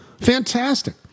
Fantastic